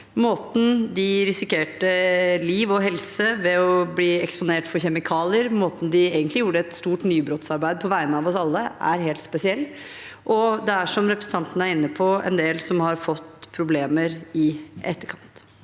Måten de risikerte liv og helse på ved å bli ek sponert for kjemikalier, måten de egentlig gjorde et stort nybrottsarbeid på, på vegne av oss alle, er helt spesiell. Det er som representanten er inne på, en del som har fått problemer i etterkant.